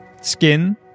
Skin